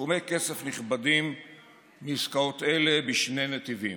סכומי כסף נכבדים מעסקאות אלו בשני נתיבים: